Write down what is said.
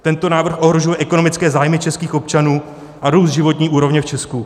Tento návrh ohrožuje ekonomické zájmy českých občanů a růst životní úrovně v Česku.